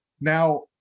now